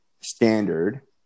standard